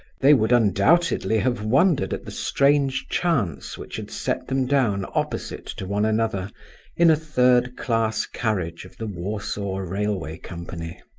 they would undoubtedly have wondered at the strange chance which had set them down opposite to one another in a third-class carriage of the warsaw railway company.